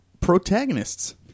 protagonists